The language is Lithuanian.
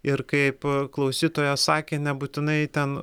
ir kaip klausytoja sakė nebūtinai ten